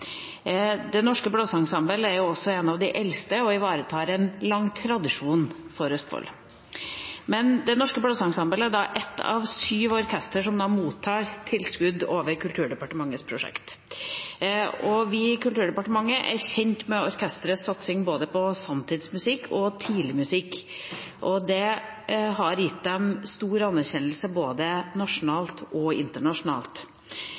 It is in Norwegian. Det Norske Blåseensemble er også et av de eldste orkestrene og ivaretar en lang tradisjon for Østfold. Men Det Norske Blåseensemble er ett av syv orkestre som mottar tilskudd over Kulturdepartementets budsjett, og vi i Kulturdepartementet er kjent med orkesterets satsing på både sanntidsmusikk og tidligmusikk, og det har gitt dem stor anerkjennelse både